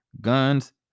guns